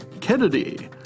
Kennedy